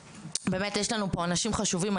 באמת, יש לנו פה אנשים חשובים.